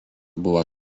buvo